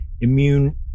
immune